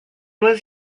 was